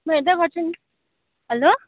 म हेर्दै गर्छु नि हेलो